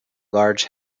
large